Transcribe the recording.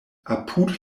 apud